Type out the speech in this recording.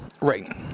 Right